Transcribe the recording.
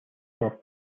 for